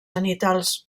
genitals